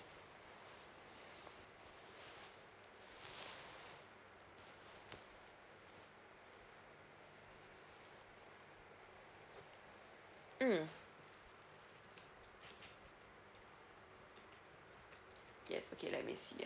mm yes okay let me see